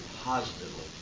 positively